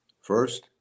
First